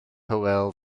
hywel